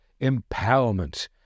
empowerment